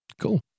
Cool